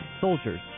soldiers